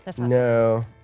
No